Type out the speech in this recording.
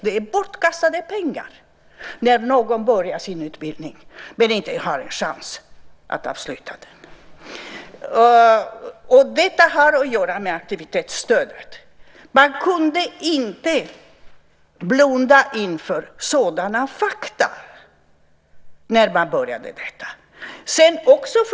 Det är bortkastade pengar när någon börjar sin utbildning men inte har en chans att avsluta den. Detta har att göra med aktivitetsstödet. Man kunde inte blunda inför sådana fakta när man började med detta.